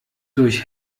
durch